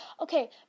Okay